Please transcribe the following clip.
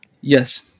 Yes